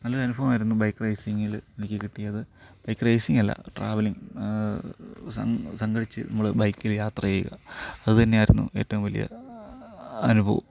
നല്ലൊരു അനുഭവമായിരുന്നു ബൈക്ക് റൈസിങ്ങില് എനിക്ക് കിട്ടിയത് ബൈക്ക് റൈസിങ്ങല്ല ട്രാവലിങ്ങ് സംഘടിച്ച് നമ്മള് ബൈക്കിൽ യാത്ര ചെയ്യുക അത് തന്നെ ആയിരുന്നു ഏറ്റവും വലിയ അനുഭവം